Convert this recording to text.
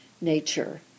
nature